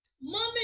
Mommy